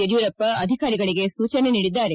ಯಡಿಯೂರಪ್ಪ ಅಧಿಕಾರಿಗಳಿಗೆ ಸೂಜನೆ ನೀಡಿದ್ದಾರೆ